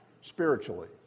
spiritually